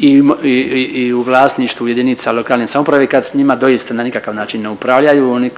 i u vlasništvu jedinica lokalne samouprave kad s njima doista na nikakav način ne upravljaju. Oni